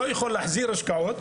אני לא יכול להחזיר השקעות.